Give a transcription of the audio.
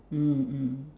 mm mm